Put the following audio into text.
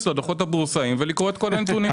לדוחות הבורסאיים ולקרוא את כל הנתונים.